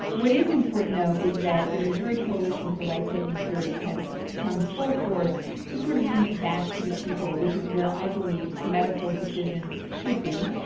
what is important though is that the missouri coalition for life saving cures has come full force to sort of bring it back to the people which is where i believe medical decisions should be.